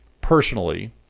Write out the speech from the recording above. personally